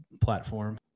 platform